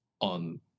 on